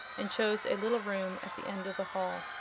and chose a little room at the end of the hall.